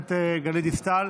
הכנסת גלית דיסטל.